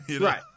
Right